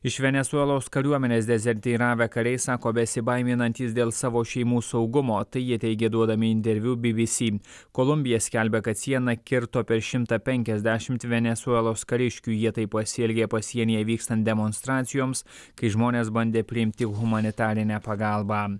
iš venesuelos kariuomenės dezertyravę kariai sako besibaiminantys dėl savo šeimų saugumo tai jie teigė duodami interviu bibisi kolumbija skelbia kad sieną kirto per šimtą penkiasdešimt venesuelos kariškių jie taip pasielgė pasienyje vykstant demonstracijoms kai žmonės bandė priimti humanitarinę pagalbą